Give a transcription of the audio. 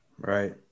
Right